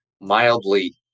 mildly